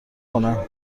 کنند